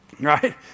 Right